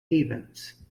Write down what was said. havens